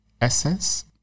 essence